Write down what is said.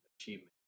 achievement